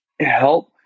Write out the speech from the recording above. help